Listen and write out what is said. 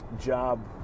job